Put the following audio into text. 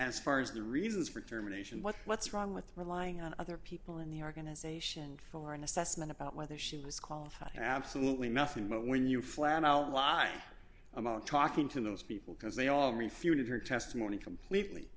as far as the reasons for termination what's wrong with relying on other people in the organization for an assessment about whether she was qualified absolutely nothing but when you flat out lie about talking to those people because they all refuted her testimony completely